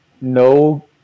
no